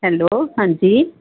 hello ਹਾਂਜੀ